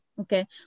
Okay